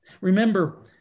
Remember